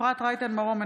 אפרת רייטן מרום,